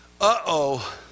uh-oh